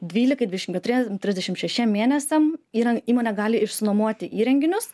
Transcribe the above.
dvylikai dvidešim keturiem trisdešim šešiem mėnesiam yra įmonė gali išsinuomoti įrenginius